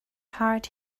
heart